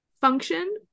function